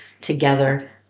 together